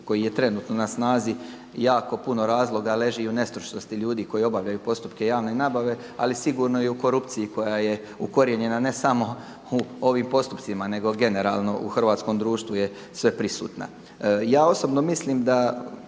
koji je trenutno na snazi jako puno razloga leži u nestručnosti ljudi koji obavljaju postupke javne nabave, ali sigurno i u korupciji koja je ukorijenjena ne samo u ovim postupcima nego generalno u hrvatskom društvu je sve prisutna. Ja osobno mislim da